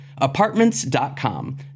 Apartments.com